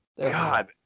God